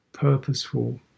purposeful